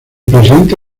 presidente